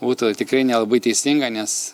būtų tikrai nelabai teisinga nes